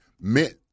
meant